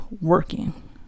working